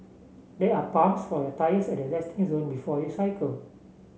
there are pumps for your tyres at the resting zone before you cycle